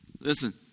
Listen